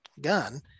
gun